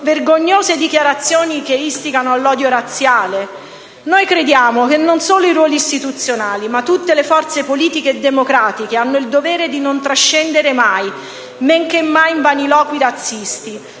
vergognose dichiarazioni, che istigano all'odio razziale. Crediamo che non solo chi riveste ruoli istituzionali, ma tutte le forze politiche e democratiche hanno il dovere di non trascendere mai, men che mai in vaniloqui razzisti.